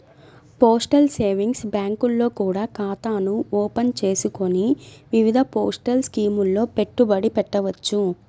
postal savings బ్యాంకుల్లో కూడా ఖాతాను ఓపెన్ చేసుకొని వివిధ పోస్టల్ స్కీముల్లో పెట్టుబడి పెట్టవచ్చు